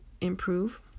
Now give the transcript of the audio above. improve